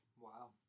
Wow